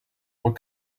what